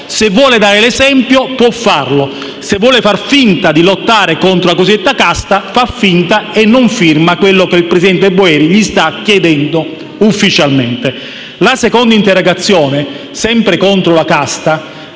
vuole dare l'esempio, può farlo; se, invece, vuole far finta di lottare contro la cosiddetta casta, faccia finta e non firmi quello che il presidente Boeri sta chiedendo ufficialmente. La seconda interrogazione è sempre contro la casta